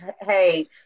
Hey